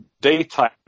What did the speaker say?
daytime